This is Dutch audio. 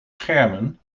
schermen